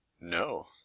No